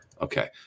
Okay